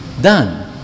done